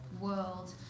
world